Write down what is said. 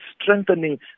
strengthening